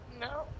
No